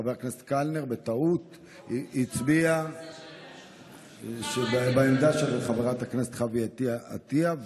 חבר כנסת קלנר הצביע בטעות בעמדה של חברת הכנסת חוה אתי עטייה,